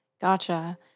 Gotcha